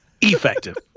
Effective